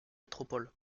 métropole